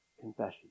confession